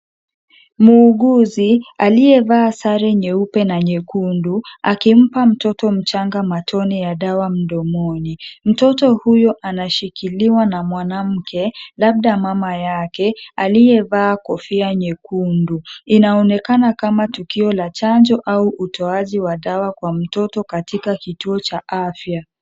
Muuguzi aliyevaa sare nyeupe na nyekundu akimpa mtoto mchanga matone ya dawa mdomoni. Mtoto huyo anashikiliwa na mwanamke labda mama yake aliyevaa kofia nyekundu. Inaonekana kama tukio la chanjo ama utoaji wa dawa kwa mtoto katika kituo cha afya.